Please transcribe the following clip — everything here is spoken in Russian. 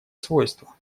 свойства